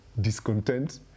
discontent